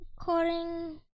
According